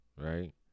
right